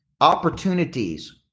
opportunities